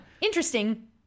Interesting